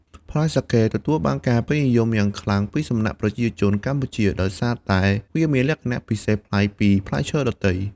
ផ្លែសាកេទទួលបានការពេញនិយមយ៉ាងខ្លាំងពីសំណាក់ប្រជាជនកម្ពុជាដោយសារតែវាមានលក្ខណៈពិសេសប្លែកពីផ្លែឈើដទៃ។